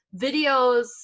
videos